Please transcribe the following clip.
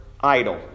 idle